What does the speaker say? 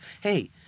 hey